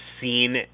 seen